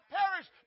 perish